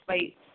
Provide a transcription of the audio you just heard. भाई